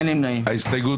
הצבעה ההסתייגות